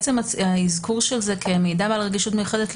עצם האזכור של זה כמידע בעל רגישות מיוחדת,